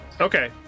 Okay